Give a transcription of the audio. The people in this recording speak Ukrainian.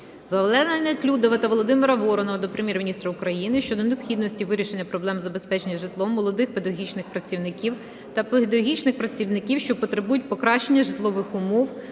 Владлена Неклюдова та Володимира Воронова до Прем'єр-міністра України щодо необхідності вирішення проблеми забезпечення житлом молодих педагогічних працівників та педагогічних працівників, що потребують покращення житлових умов,